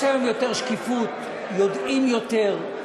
יש היום יותר שקיפות, יודעים יותר,